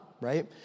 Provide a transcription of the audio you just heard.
right